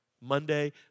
Monday